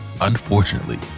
unfortunately